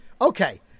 Okay